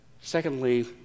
Secondly